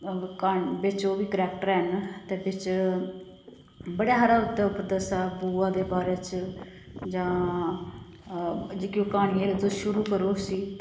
क्हानी बिच्च ओह् बी करैक्टर हैन ते बिच्च बड़ा हारा उत्त उप्पर दस्सा बूआ दे बारे च जां जेह्की ओह् क्हानी ऐ तुस शुरू करो उसी